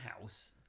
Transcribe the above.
house